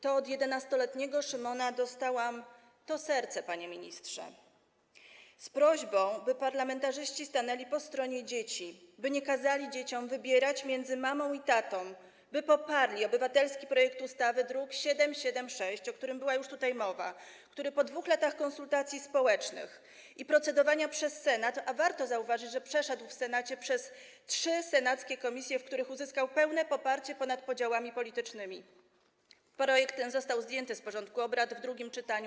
To od 11-letniego Szymona dostałam to serce, panie ministrze, z prośbą, by parlamentarzyści stanęli po stronie dzieci, by nie kazali dzieciom wybierać między mamą i tatą, by poparli obywatelski projekt ustawy z druku nr 776, o którym była już tutaj mowa, który po 2 latach konsultacji społecznych i procedowania przez Senat - a warto zauważyć, że w Senacie przeszedł przez trzy senackie komisje, w których uzyskał pełne poparcie ponad podziałami politycznymi - został zdjęty z porządku obrad w drugim czytaniu.